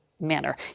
manner